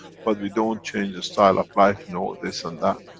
but we don't change a style of life, no this and that.